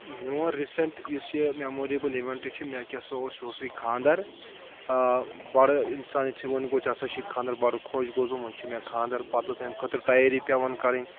میون ریٖسنٛٹ یُس یہِ میموریبٕل اِوؠنٛٹ چھُ مےٚ کیاہ سا اوس یہو سُے خانٛدر بَڑٕ اِنسان چھِ ووٚن گوٚو ژ سا چھُے خاندَر بَڑٕ خۄش گوٚس بہٕ وۄنۍ چھُ مےٚ خانٛدر پتہٕ ٲس اَمہِ خٲطرٕ تیٲری پؠوان کَرٕنۍ